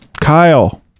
kyle